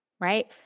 right